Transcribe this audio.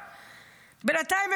לעסקה בנובמבר התנגד,